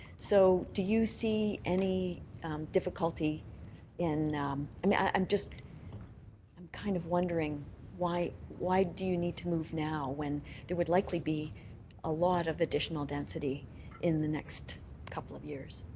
so do you see any difficulty in i mean, i'm just um kind of wondering why why do you need to move now when there would likely be a lot of additional density in the next couple of years.